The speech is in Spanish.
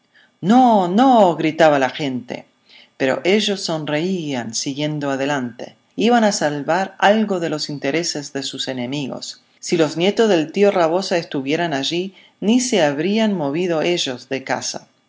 no no gritaba la gente pero ellos sonreían siguiendo adelante iban a salvar algo de los intereses de sus enemigos si los nietos del tío rabosa estuvieran allí ni se habrían movido ellos de casa